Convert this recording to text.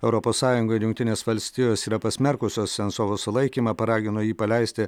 europos sąjunga ir jungtinės valstijos yra pasmerkusios sensovo sulaikymą paragino jį paleisti